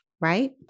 right